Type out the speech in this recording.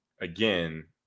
again